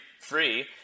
free